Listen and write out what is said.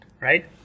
right